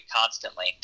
constantly